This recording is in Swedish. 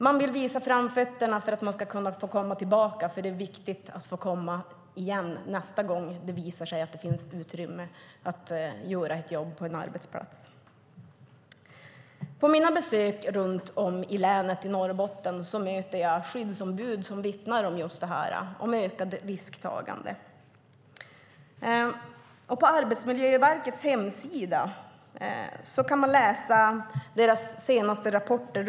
Man vill visa framfötterna för att få komma tillbaka, för det är viktigt att få komma igen nästa gång det visar sig att det finns utrymme att göra ett jobb på en arbetsplats. På mina besök runt om i länet i Norrbotten möter jag skyddsombud som vittnar om just det här med ökat risktagande. På Arbetsmiljöverkets hemsida kan man läsa deras senaste rapporter.